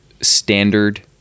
standard